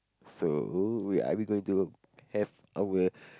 so we are we going to have our